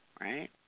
right